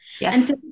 Yes